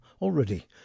already